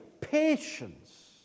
patience